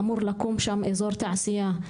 אמור לקום שם אזור תעשייה.